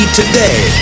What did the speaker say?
today